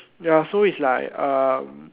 ya so it's like um